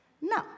no